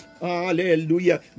Hallelujah